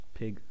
pig